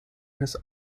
his